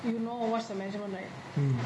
you know what's the measurement right